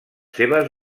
seves